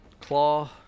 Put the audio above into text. Claw